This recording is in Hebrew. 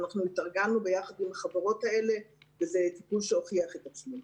התארגנו ביחד עם החברות האלה וזה טיפול שהוכיח את עצמו.